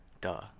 Duh